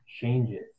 changes